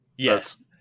Yes